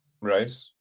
right